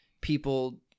people